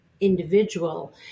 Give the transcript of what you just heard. individual